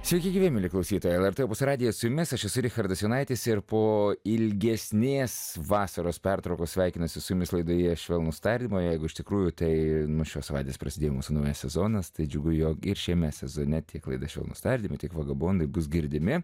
sakykite mieli klausytojai lrt opus radiją su jumis aš esu richardas jonaitis ir po ilgesnės vasaros pertraukos sveikinasi su jumis laidoje švelnūs tardymai jeigu iš tikrųjų tai nuo šios savaitės prasidėjo mūsų naujas sezonas tai džiugu jog ir šiame sezone tiek laida švelnūs tardymai tiek vagabondai bus girdimi